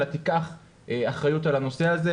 אלא תיקח אחריות על הנושא הזה.